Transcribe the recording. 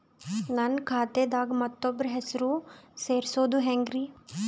ನನ್ನ ಖಾತಾ ದಾಗ ಮತ್ತೋಬ್ರ ಹೆಸರು ಸೆರಸದು ಹೆಂಗ್ರಿ?